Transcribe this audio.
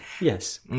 Yes